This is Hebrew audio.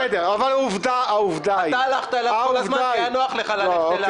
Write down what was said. אתה הלכת אליו כל הזמן כי היה נוח לך ללכת אליו.